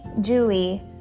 Julie